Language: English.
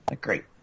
Great